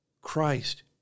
Christ